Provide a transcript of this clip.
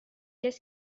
qu’est